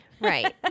Right